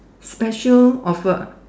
special offer